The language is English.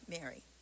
Mary